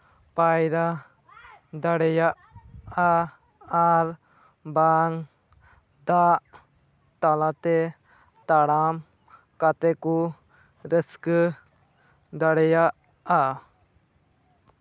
ᱯᱟᱭᱨᱟ ᱫᱟᱲᱮᱭᱟᱜᱼᱟ ᱟᱨ ᱵᱟᱱ ᱫᱟᱜ ᱛᱟᱞᱟᱛᱮ ᱛᱟᱲᱟᱢ ᱠᱟᱛᱮ ᱠᱚ ᱨᱟᱹᱥᱠᱟᱹ ᱫᱟᱲᱮᱭᱟᱜᱼᱟ